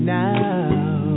now